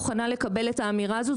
ואני לא מוכנה לקבל את האמירה הזו.